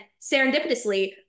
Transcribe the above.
serendipitously